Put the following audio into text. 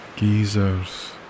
Geysers